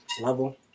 level